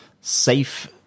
safe